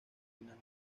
final